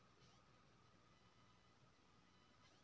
एग्रीबाजार में खाद में भी ऑफर भेटय छैय?